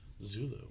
Zulu